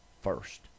first